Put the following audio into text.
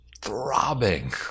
throbbing